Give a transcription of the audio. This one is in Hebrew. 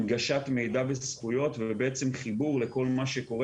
הנגשת מידע וזכויות וחיבור לכל מה שקורה